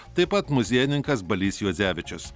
taip pat muziejininkas balys juodzevičius